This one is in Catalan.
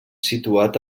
situat